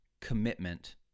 commitment